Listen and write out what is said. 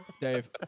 Dave